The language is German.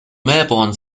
melbourne